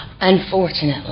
Unfortunately